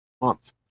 month